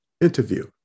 interview